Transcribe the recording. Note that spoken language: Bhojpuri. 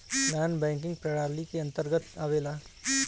नानॅ बैकिंग प्रणाली के अंतर्गत आवेला